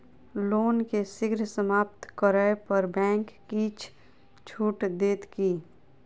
loan केँ शीघ्र समाप्त करै पर बैंक किछ छुट देत की